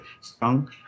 strong